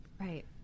right